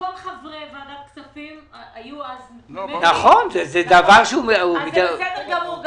כל חברי ועדת הכספים היו אז זה בסדר גמור,